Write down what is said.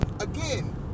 again